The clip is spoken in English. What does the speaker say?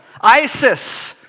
Isis